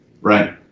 Right